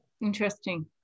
Interesting